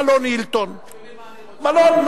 מלון "הילטון" מלונות.